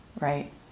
right